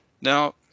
now